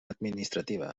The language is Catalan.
administrativa